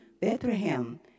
Bethlehem